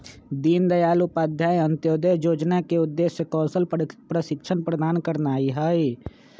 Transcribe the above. दीनदयाल उपाध्याय अंत्योदय जोजना के उद्देश्य कौशल प्रशिक्षण प्रदान करनाइ हइ